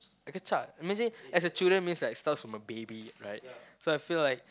like a child imagine as a children means like starts from a baby right so I feel like